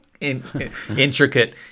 intricate